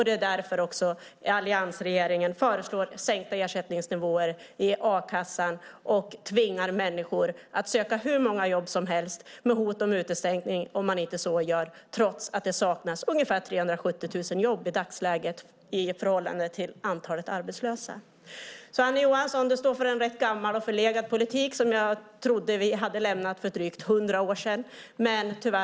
Det är också därför som alliansregeringen föreslår sänkta ersättningsnivåer i a-kassan och tvingar människor att söka hur många jobb som helst med hot om utestängning om man inte gör det, trots att det i dagsläget saknas ungefär 370 000 jobb i förhållande till antalet arbetslösa. Du står för en rätt gammal och förlegad politik som jag trodde att vi hade lämnat för drygt hundra år sedan, Annie Johansson.